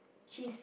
she's